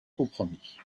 compromis